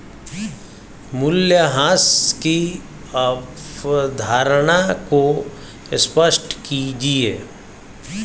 मूल्यह्रास की अवधारणा को स्पष्ट कीजिए